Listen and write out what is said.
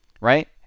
Right